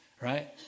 right